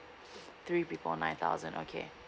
three before nine thousand okay